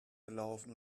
gelaufen